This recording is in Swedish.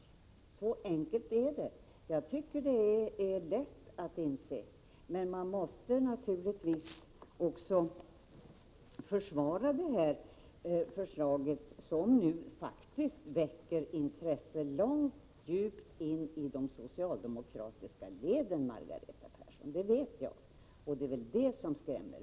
Så enkelt är det. Man måste naturligtvis också försvara det förslag som nu väcker intresse långt in i de socialdemokratiska leden, Margareta Persson. Det är väl det som skrämmer.